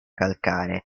calcare